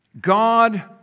god